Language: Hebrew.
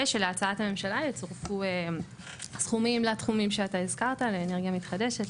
ושלהצעת הממשלה יצורפו סכומים לתחומים שאתה הזכרת לאנרגיה מתחדשת,